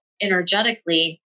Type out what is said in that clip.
energetically